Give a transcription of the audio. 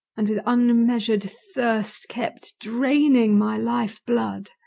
and with unmeasured thirst kept draining my life-blood